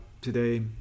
today